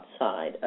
outside